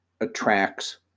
attracts